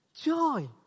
joy